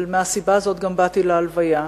אבל מהסיבה הזאת גם באתי להלוויה,